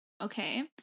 Okay